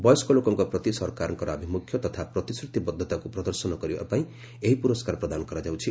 ବୟସ୍କ ଲୋକଙ୍କ ପ୍ରତି ସରକାରଙ୍କର ଆଭିମୁଖ୍ୟ ତଥା ପ୍ରତିଶ୍ରତିବଦ୍ଧତାକୁ ପ୍ରଦର୍ଶନ କରିବା ପାଇଁ ଏହି ପୁରସ୍କାର ପ୍ରଦାନ କରାଯାଉଛି